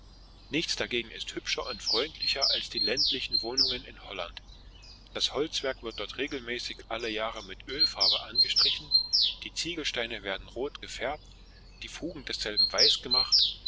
nichts ist dagegen hübscher und freundlicher als die ländlichen wohnungen in holland das holzwerk wird dort regelmäßig alle jahre mit ölfarbe angestrichen die ziegelsteine werden rot gefärbt die fugen derselben weiß gemacht